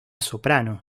soprano